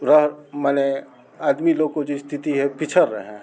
रह मने आदमी लोग को जो स्थिति है पिछड़ रहे हैं